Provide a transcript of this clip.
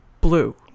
Blue